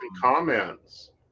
comments